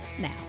Now